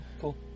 Cool